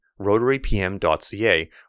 rotarypm.ca